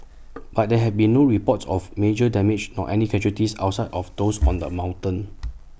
but there have been no reports of major damage nor any casualties outside of those on the mountain